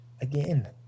again